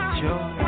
joy